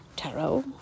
tarot